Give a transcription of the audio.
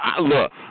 look